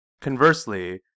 Conversely